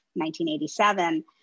1987